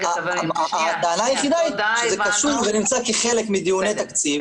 הטענה היחידה היא שזה קשור ונמצא כחלק מדיוני תקציב.